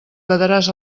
badaràs